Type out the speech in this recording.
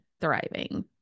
thriving